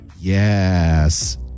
Yes